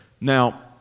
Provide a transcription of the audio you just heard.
Now